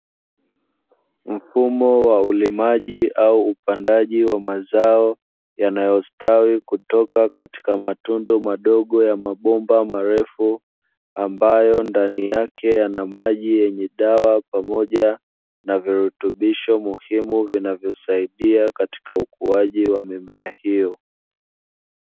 Mfumo wa ulimaji au upandaji wa mazao yanayostawi kutoka katika matundu madogo ya mabomba marefu, ambayo ndani yake yana maji yenye dawa, pamoja na virutubisho muhimu vinavyosaidia katika ukuaji wa mimea hiyo.